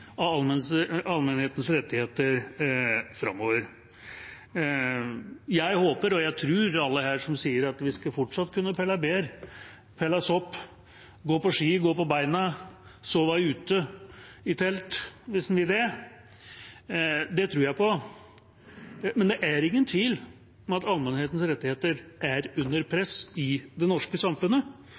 allmennhetens rettigheter framover. Jeg tror på alle her som sier at vi fortsatt skal kunne pelle bær, pelle sopp, gå på ski, gå på bena, sove ute i telt – hvis en vil det. Det tror jeg på. Men det er ingen tvil om at allmennhetens rettigheter er under press i det norske samfunnet.